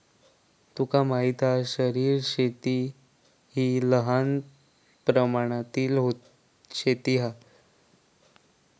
तुका माहित हा शहरी शेती हि लहान प्रमाणातली शेती हा